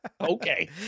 Okay